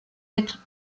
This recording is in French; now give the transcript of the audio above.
être